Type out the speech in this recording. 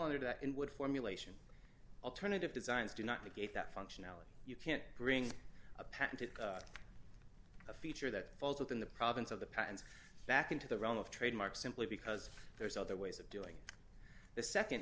under that in would formulation alternative designs do not negate that functionality you can't bring a patented a feature that falls within the province of the patents back into the realm of trademark simply because there's other ways of doing the